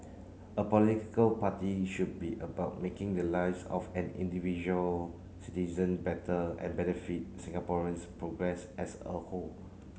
a political party should be about making the lives of an individual citizen better and benefit Singaporeans progress as a whole